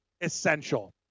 Essential